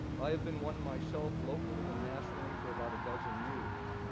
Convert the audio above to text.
i have been one myself, locally and nationally for about a dozen years.